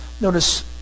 notice